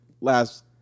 last